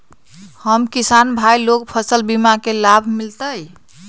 हम किसान भाई लोग फसल बीमा के लाभ मिलतई?